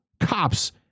cops